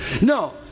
No